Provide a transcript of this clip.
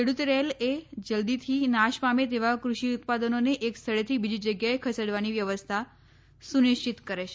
ખેડૂત રેલ એ જલ્દીથી નાશ પામે તેવા કૃષિ ઉત્પાદનોને એક સ્થળેથી બીજી જગ્યાએ ખસેડવાની વ્યવસ્થા સુનિશ્ચિત કરે છે